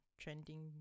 trending